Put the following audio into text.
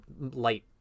light